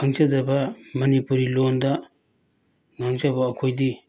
ꯈꯪꯖꯗꯕ ꯃꯅꯤꯄꯨꯔꯤ ꯂꯣꯟꯗ ꯉꯥꯡꯖꯕ ꯑꯩꯈꯣꯏꯗꯤ